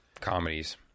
Comedies